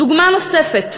דוגמה נוספת: